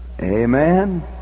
Amen